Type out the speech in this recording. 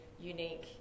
unique